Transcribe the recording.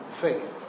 faith